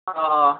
অঁ